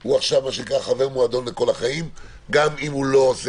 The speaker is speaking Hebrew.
הוא חבר מועדון לכל החיים גם אם הוא לא עושה